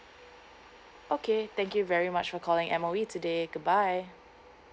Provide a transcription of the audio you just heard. okay thank you very much for calling M_O_E today good bye